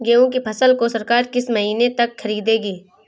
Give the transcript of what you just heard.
गेहूँ की फसल को सरकार किस महीने तक खरीदेगी?